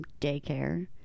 daycare